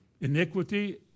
iniquity